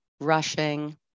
rushing